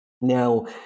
Now